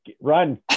Run